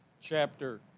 chapter